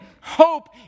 hope